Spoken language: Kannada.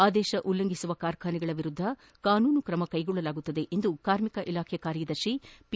ಆದೇಶ ಉಲ್ಲಂಘಿಸುವ ಕಾರ್ಖಾನೆಗಳ ವಿರುದ್ದ ಕಾನೂನು ಕ್ರಮ ಕೈಗೊಳ್ಳಲಾಗುವುದು ಎಂದು ಕಾರ್ಮಿಕ ಇಲಾಖೆ ಕಾರ್ಯದರ್ಶಿ ಪಿ